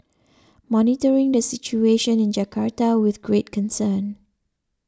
monitoring the situation in Jakarta with great concern